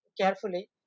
carefully